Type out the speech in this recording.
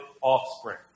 offspring